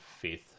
fifth